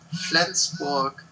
Flensburg